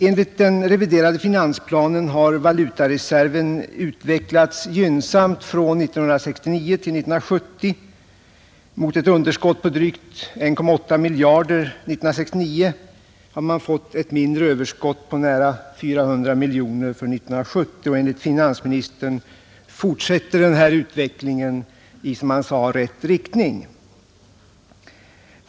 Enligt den reviderade finansplanen har valutareserven utvecklats gynnsamt från 1969 till 1970. Mot ett underskott på drygt 1,8 miljarder kronor 1969 har man fått ett mindre överskott på nära 400 miljoner kronor för 1970. Denna utveckling fortsätter, sade finansministern, i rätt riktning.